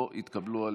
לא נתקבלו.